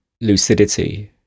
lucidity